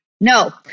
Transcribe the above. No